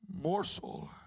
morsel